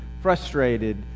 frustrated